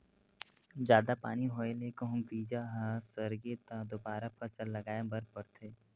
जादा पानी होए ले कहूं बीजा ह सरगे त दोबारा फसल लगाए बर परथे